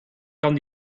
kan